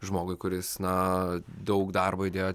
žmogui kuris na daug darbo įdėjo